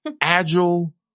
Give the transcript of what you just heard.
agile